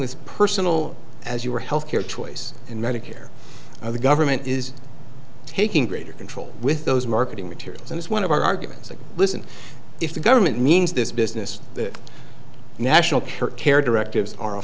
is personal as your health care choice and medicare or the government is taking greater control with those marketing materials and is one of our arguments that listen if the government means this business that national care care directives are a